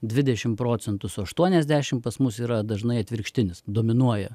dvidešim procentų su aštuoniasdešim pas mus yra dažnai atvirkštinis dominuoja